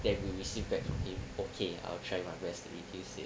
then we received back from him okay I'll try my best to reduce it